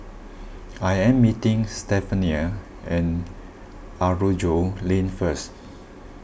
I am meeting Stephania and Aroozoo Lane first